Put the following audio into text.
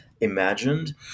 Imagined